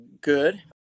good